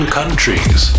countries